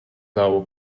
thou